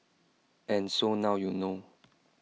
and so now you know